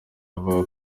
avuga